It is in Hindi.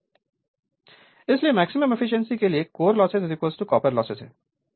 Refer Slide Time 2245 इसलिए मैक्सिमम एफिशिएंसी के लिए कोर लॉस कॉपर लॉस है